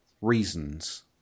reasons